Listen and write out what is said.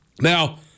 Now